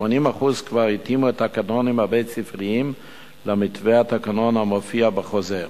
80% כבר התאימו את התקנונים הבית-ספריים למתווה התקנון המופיע בחוזר.